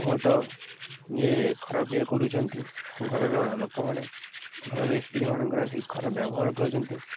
ବହୁତ ଇଏ ଖରାପ ଇଏ କରୁଛନ୍ତି ଘରର ଲୋକମାନେ ଘରର ସ୍ତ୍ରୀମାନଙ୍କର ଆସିିକି ଖରାପ ବ୍ୟବହାର କରୁଛନ୍ତି